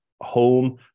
home